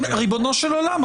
ריבונו של עולם,